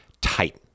tight